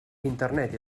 internet